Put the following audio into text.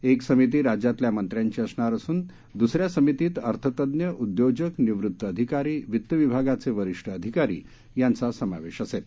एक समिती राज्यातल्या मच्चाद्वी असणार असून दुसऱ्या समितीत अर्थतज्ज्ञ उद्योजक निवृत्त अधिकारी वित्त विभागाचे वरिष्ठ अधिकारी याद्वी समावेश असेल